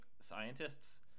scientists